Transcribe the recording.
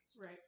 Right